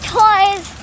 toys